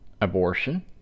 abortion